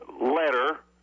letter